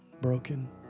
broken